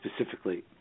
specifically